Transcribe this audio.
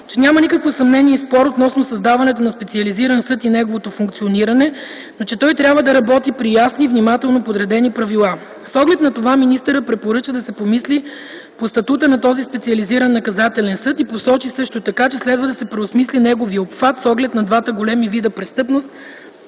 че няма никакво съмнение и спор относно създаването на специализиран съд и неговото функциониране, но че той трябва да работи при ясни и внимателно подредени правила. С оглед на това, министърът препоръча да се помисли по статута на този специализиран наказателен съд и посочи също така, че следва да се преосмисли неговият обхват с оглед на двата големи вида престъпност